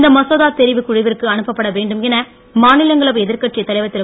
இந்த மசோதா தெரிவு குழுவிற்கு அனுப்பப்பட வேண்டும் என மாநிலங்களவை எதிர்க்கட்சித் தலைவர் திரு